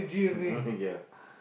yeah